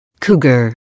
cougar